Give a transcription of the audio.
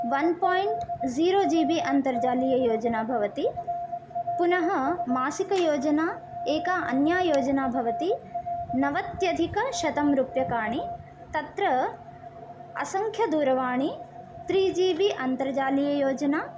one point zero G B अन्तर्जालीययोजना भवति पुनः मासिकयोजना एका अन्या योजना भवति नवत्यधिकशतं रूप्यकाणि तत्र असङ्ख्यदूरवाणी त्री जी बी अन्तर्जालीययोजना